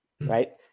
right